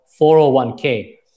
401k